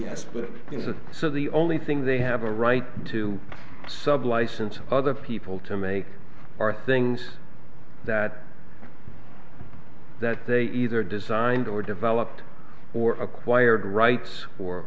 yes but is that so the only thing they have a right to sub license other people to make are things that that they either designed or developed or acquired rights or